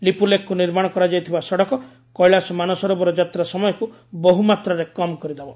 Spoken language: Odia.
ଲିପୁଲେଖକୁ ନିର୍ମାଣ କରାଯାଇଥିବା ସଡ଼କ କୈଳାଶ ମାନସରୋବର ଯାତ୍ରା ସମୟକୁ ବହୁ ମାତ୍ରାରେ କମ୍ କରିଦେବ